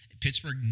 Pittsburgh